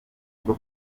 bwo